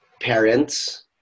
parents